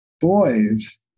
Boys